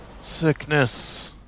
Sickness